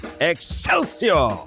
Excelsior